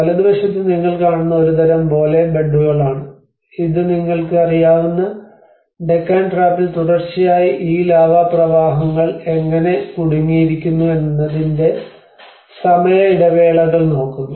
വലതുവശത്ത് നിങ്ങൾ കാണുന്നത് ഒരുതരം ബോലെ ബെഡ്ഡുകളാണ് ഇത് നിങ്ങൾക്ക് അറിയാവുന്ന ഡെക്കാൻ ട്രാപ്പിൽ തുടർച്ചയായി ഈ ലാവാ പ്രവാഹങ്ങൾ എങ്ങനെ കുടുങ്ങിയിരിക്കുന്നു എന്നതിന്റെ സമയ ഇടവേളകൾ നോക്കുന്നു